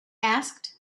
asked